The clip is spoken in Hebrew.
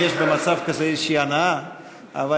אם יש במצב כזה הנאה כלשהי,